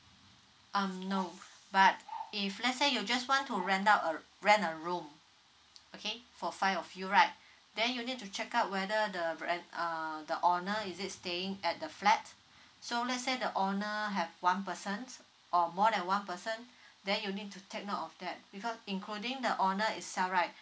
um no but if let's say you just want to rent out uh rent a room okay for five of you right then you need to check out whether the rent um the owner is it staying at the flat so let's say the owner have one person or more than one person then you need to take note of that because including the owner itself right